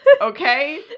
okay